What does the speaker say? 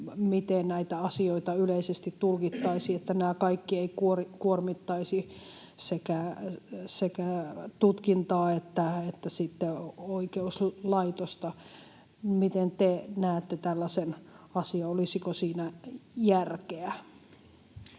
miten näitä asioita yleisesti tulkittaisiin, että nämä kaikki eivät kuormittaisi sekä tutkintaa että oikeuslaitosta. Miten te näette tällaisen asian, olisiko siinä järkeä?